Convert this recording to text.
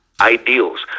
ideals